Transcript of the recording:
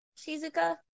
Shizuka